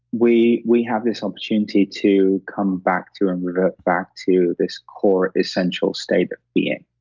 we we have this opportunity to come back to and revert back to this core essential state of being,